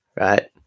right